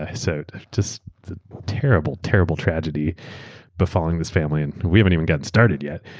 ah so just terrible, terrible tragedy befalling this family and we haven't even got started yet.